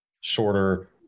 shorter